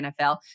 NFL